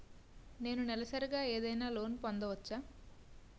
నేను నెలసరిగా ఏదైనా లోన్ పొందవచ్చా?